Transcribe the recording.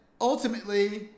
ultimately